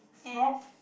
F